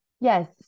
Yes